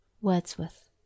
Wordsworth